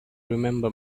remember